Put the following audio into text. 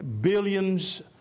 billions